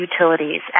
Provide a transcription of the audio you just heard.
utilities